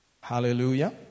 Hallelujah